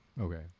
Okay